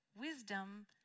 wisdom